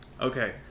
Okay